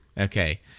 Okay